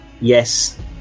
yes